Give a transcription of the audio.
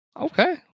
Okay